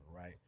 Right